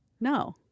No